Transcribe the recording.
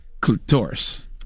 clitoris